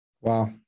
Wow